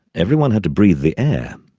everyone had to breathe the air.